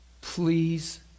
Please